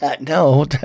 No